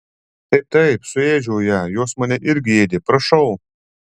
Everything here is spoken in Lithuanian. taip taip suėdžiau ją jos mane irgi ėdė prašau